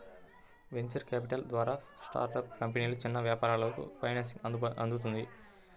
venture capital ద్వారా startup కంపెనీలు, చిన్న వ్యాపారాలకు ఫైనాన్సింగ్ అందుతుంది